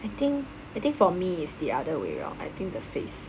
I think I think for me it is the other way round I think the face